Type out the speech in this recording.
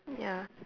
ya